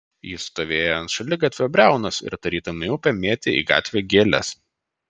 jis stovėjo ant šaligatvio briaunos ir tarytum į upę mėtė į gatvę gėles